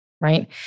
right